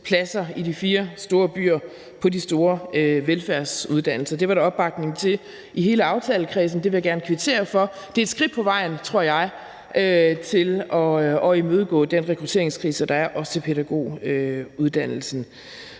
pladser i de fire store byer på de store velfærdsuddannelser. Det var der opbakning til i hele aftalekredsen, og det vil jeg gerne kvittere for. Det er et skridt på vejen, tror jeg, til at imødegå den rekrutteringskrise, der er, også på pædagoguddannelsen.